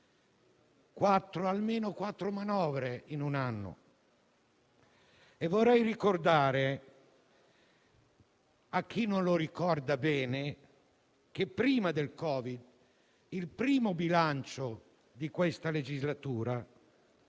almeno quattro manovre in un anno.